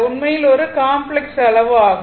உண்மையில் ஒரு காம்ப்ளக்ஸ் அளவு ஆகும்